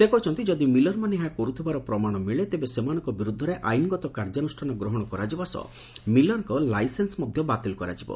ସେ କହିଛନ୍ତି ଯଦି ମିଲରମାନେ ଏହା କରୁଥିବାର ପ୍ରମାଣ ମିଳେ ତେବେ ସେମାନଙ୍କ ବିରୁଦ୍ଧରେ ଆଇନଗତ କାର୍ଯ୍ୟାନୁଷାନ ଗ୍ରହଶ କରାଯିବା ସହ ମିଲରଙ୍କ ଲାଇସେନ୍ୱ ମଧ୍ଧ ବାତିଲ କରାଯିବ